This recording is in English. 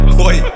boy